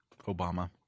Obama